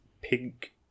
pink